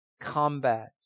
combat